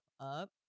up